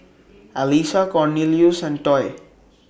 Alissa Cornelious and Toy